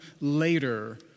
later